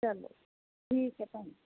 ਚਲੋ ਠੀਕ ਹੈ ਧੰਨਵਾਦ